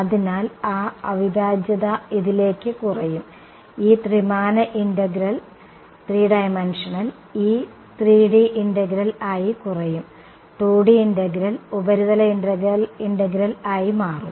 അതിനാൽ ആ അവിഭാജ്യത ഇതിലേക്ക് കുറയും ഈ ത്രിമാന ഇന്റഗ്രൽ ഈ 3D ഇന്റഗ്രൽ ആയി കുറയും 2D ഇന്റഗ്രൽ ഉപരിതല ഇന്റഗ്രൽ ആയി മാറും